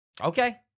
Okay